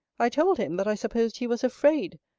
i told him, that i supposed he was afraid,